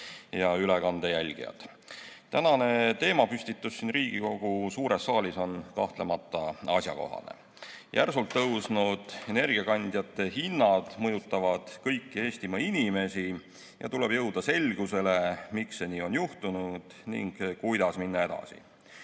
ja ülekande jälgijad! Tänane teemapüstitus siin Riigikogu suures saalis on kahtlemata asjakohane. Järsult tõusnud energiakandjate hinnad mõjutavad kõiki Eestimaa inimesi ja tuleb jõuda selgusele, miks see nii on juhtunud ning kuidas minna